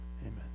amen